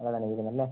നല്ല തലവേദന അല്ലേ